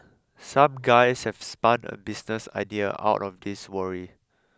some guys have spun a business idea out of this worry